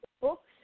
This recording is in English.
books